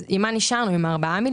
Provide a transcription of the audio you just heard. אז עם מה נשארנו עם 4 מיליון?